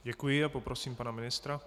Děkuji a poprosím pana ministra.